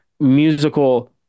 musical